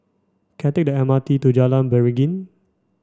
can I take the M R T to Jalan Beringin